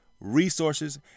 resources